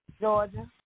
Georgia